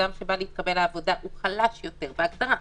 כי אדם שבא להתקבל לעבודה הוא חלש יותר מהמעסיק,